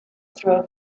through